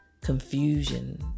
confusion